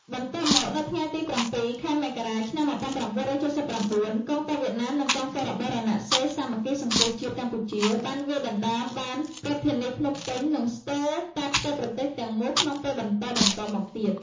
បន្ទាប់មកនៅថ្ងៃទី ៧ ខែមករា ឆ្នាំ ១៩៧៩ កងទ័ពវៀតណាម និងកងទ័ពរបស់រណសិរ្សសាមគ្គីសង្គ្រោះជាតិកម្ពុជាបានវាយដណ្តើមបានរដ្ឋធានីភ្នំពេញ និងស្ទើរតែផ្ទៃប្រទេសទាំងមូលក្នុងពេលបន្តបន្ទាប់មកទៀត។